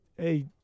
Hey